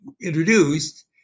introduced